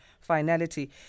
finality